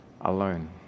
alone